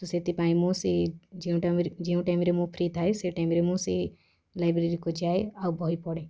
ତ ସେଥିପାଇଁ ମୁଁ ସେ ଯେଉଁ ଟାଇମ୍ରେ ଯେଉଁ ଟାଇମ୍ରେ ମୁଁ ଫ୍ରି ଥାଏ ସେ ଟାଇମ୍ରେ ମୁଁ ସେ ଲାଇବ୍ରେରି କୁ ଯାଏ ଆଉ ବହି ପଢ଼େ